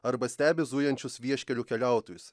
arba stebi zujančius vieškeliu keliautojus